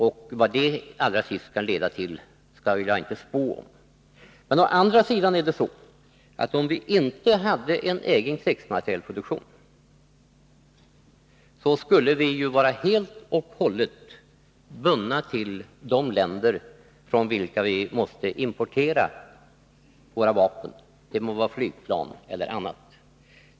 Och vad det allra sist kan leda till skall jag inte spå om. Å andra sidan skulle vi — om vi inte hade egen krigsmaterielproduktion — vara helt och hållet bundna till de länder från vilka vi måste importera våra vapen — det må vara flygplan eller annat.